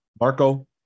Marco